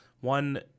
one